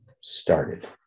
started